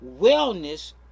wellness